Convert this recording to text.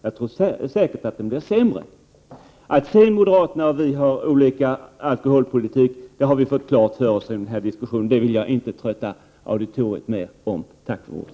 Jag tror säkert att den blir sämre. Att moderaterna och vi har olika alkoholpolitik står ju klart efter den här diskussionen. Det vill jag inte trötta auditoriet med att tala mer om. Tack för ordet!